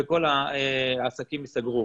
וכל העסקים ייסגרו.